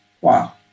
Wow